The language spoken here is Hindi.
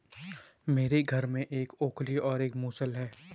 मेरे घर में भी एक ओखली और एक मूसल है